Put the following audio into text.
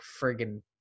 friggin